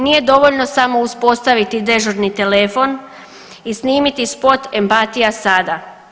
Nije dovoljno samo uspostaviti dežurni telefon i snimiti spot „Empatija sada“